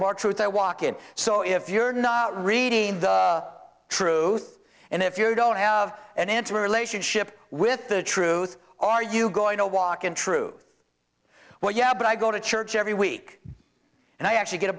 more truth i walk in so if you're not reading the truth and if you don't have an intimate relationship with the truth are you going to walk in truth what yeah but i go to church every week and i actually get a